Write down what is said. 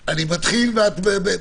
לעשות מאמץ.